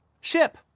ship